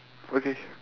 okay